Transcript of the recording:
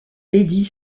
lady